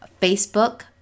Facebook